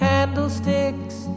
Candlesticks